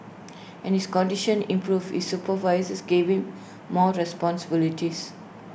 and his condition improved his supervisors gave him more responsibilities